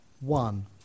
one